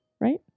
right